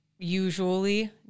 usually